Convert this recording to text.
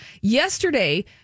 Yesterday